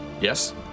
Yes